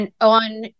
on